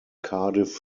cardiff